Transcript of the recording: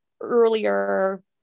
earlier